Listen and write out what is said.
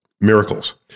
miracles